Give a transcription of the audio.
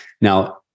Now